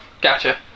Gotcha